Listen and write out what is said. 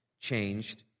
changed